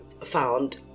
found